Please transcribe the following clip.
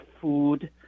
food